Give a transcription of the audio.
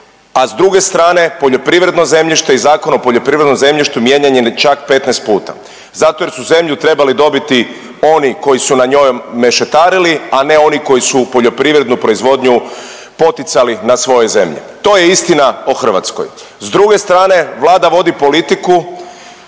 a s druge strane poljoprivredno zemljište i Zakon o poljoprivrednom zemljištu mijenjan je čak 15 puta zato jer su zemlju trebali dobiti oni koji su na njoj mešetari, a ne oni koji su poljoprivrednu proizvodnju poticali na svojoj zemlji. To je istina o Hrvatskoj. S druge strane Vlada vodi politiku